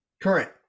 Current